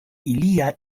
ilia